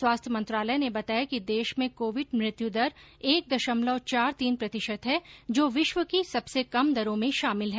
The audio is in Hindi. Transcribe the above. स्वास्थ्य मंत्रालय ने बताया कि देश में कोविड मृत्युदर एक दशमलव चार तीन प्रतिशत है जो विश्व की सबसे कम दरों में शामिल है